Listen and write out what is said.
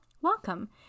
welcome